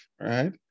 Right